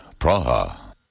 Praha